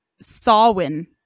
Sawin